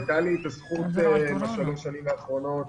הייתה לי הזכות בשלוש השנים האחרונות